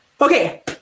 Okay